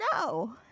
no